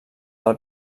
del